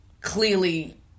clearly